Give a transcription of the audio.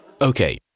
Okay